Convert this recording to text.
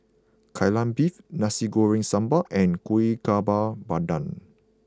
Kai Lan Beef Nasi Goreng Sambal and Kuih Bakar Pandan